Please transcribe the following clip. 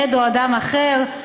עד או אדם אחר,